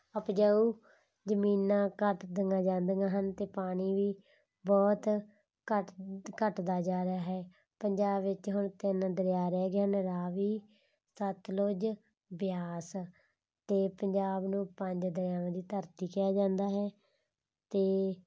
ਉਪਜਾਊ ਜ਼ਮੀਨਾਂ ਘੱਟਦੀਆਂ ਜਾਂਦੀਆਂ ਹਨ ਅਤੇ ਪਾਣੀ ਵੀ ਬਹੁਤ ਘੱਟ ਘੱਟਦਾ ਜਾ ਰਿਹਾ ਹੈ ਪੰਜਾਬ ਵਿੱਚ ਹੁਣ ਤਿੰਨ ਦਰਿਆ ਰਹਿ ਗਏ ਹਨ ਰਾਵੀ ਸਤਲੁਜ ਬਿਆਸ ਅਤੇ ਪੰਜਾਬ ਨੂੰ ਪੰਜ ਦਰਿਆਂ ਦੀ ਧਰਤੀ ਕਿਹਾ ਜਾਂਦਾ ਹੈ ਅਤੇ